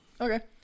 okay